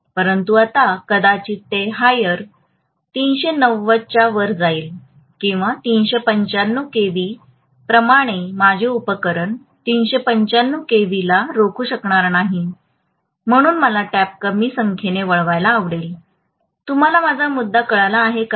परंतु आता कदाचित ते हायर 390 च्या वर जाईल किंवा 395 kV केव्ही प्रमाणे माझे उपकरण 395 kV केव्हीला रोखू शकणार नाहीत म्हणून मला टॅप कमी संख्येने वळवायला आवडेल तुम्हाला माझा मुद्दा कळला आहे काय